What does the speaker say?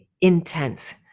intense